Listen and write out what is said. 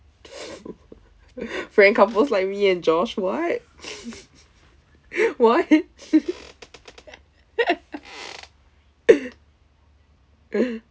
friend couples like me and josh what what